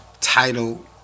title